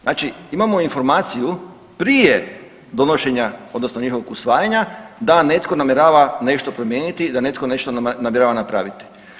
Znači imamo informaciju prije donošenja odnosno njihovog usvajanja da netko namjerava nešto promijeniti i da netko nešto namjerava napraviti.